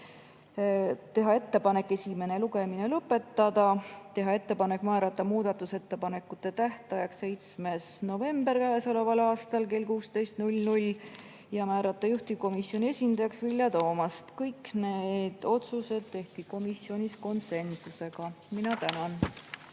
teha ettepanek esimene lugemine lõpetada, teha ettepanek määrata muudatusettepanekute tähtajaks 7. november kell 16 ja määrata juhtivkomisjoni esindajaks Vilja Toomast. Kõik need otsused tehti komisjonis konsensusega. Mina tänan.